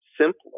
simpler